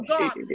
God